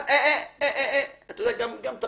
אני לא